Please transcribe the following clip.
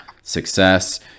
success